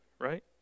Right